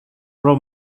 pro